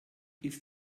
ist